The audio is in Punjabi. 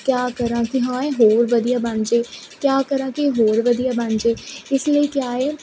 ਕਿਆ ਕਰਾਂ ਕਿ ਹਾਂ ਇਹ ਹੋਰ ਵਧੀਆ ਬਣ ਜੇ ਕਿਆ ਕਰਾਂ ਕਿ ਹੋਰ ਵਧੀਆ ਬਣ ਜੇ ਕਿਸੇ ਨੇ ਕਿਹਾ ਏ